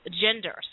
genders